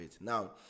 Now